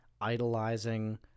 idolizing